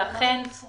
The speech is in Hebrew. ואכן הם הוסרו?